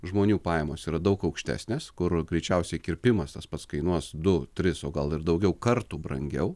žmonių pajamos yra daug aukštesnes kur greičiausiai kirpimas tas pats kainuos du tris o gal ir daugiau kartų brangiau